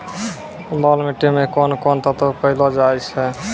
लाल मिट्टी मे कोंन कोंन तत्व पैलो जाय छै?